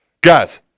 Guys